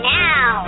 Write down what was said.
now